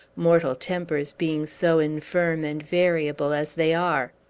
mortal tempers being so infirm and variable as they are.